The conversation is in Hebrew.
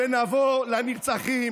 ונבוא לנרצחים